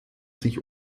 sich